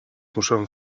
muszę